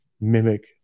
mimic